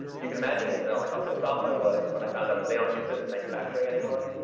you can imagine, incidentally, how pissed off i was when i found out that they don't use this in manufacturing anymore.